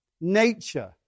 Nature